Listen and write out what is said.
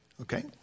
Okay